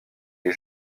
les